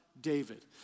David